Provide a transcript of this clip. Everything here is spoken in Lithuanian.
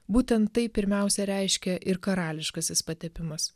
būtent tai pirmiausia reiškia ir karališkasis patepimas